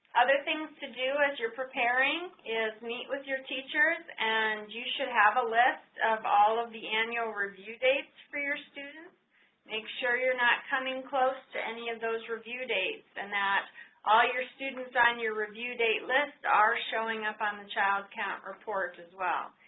other things to do as you're preparing is meet with your teachers and you should have a list of all of the annual review dates for your students make sure you're not coming close to any of those review dates and that all your students on your review date list are showing up on the child count report as well.